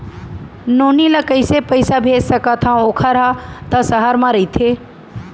नोनी ल कइसे पइसा भेज सकथव वोकर हा त सहर म रइथे?